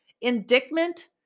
Indictment